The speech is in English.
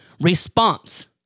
response